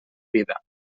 vida